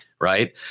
right